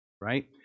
right